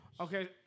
Okay